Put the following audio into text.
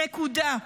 נקודה.